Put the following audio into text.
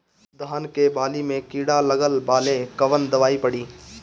धान के बाली में कीड़ा लगल बाड़े कवन दवाई पड़ी?